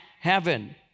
heaven